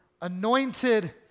anointed